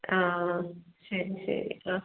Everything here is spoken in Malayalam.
ആ ശരി ശരി ആ